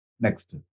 Next